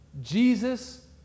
Jesus